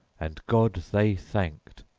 and god they thanked,